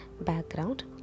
background